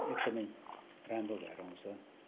एकदमै राम्रो भएर आउँछ